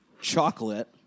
Chocolate